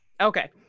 Okay